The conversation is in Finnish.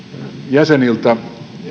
jäseniltä